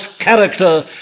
character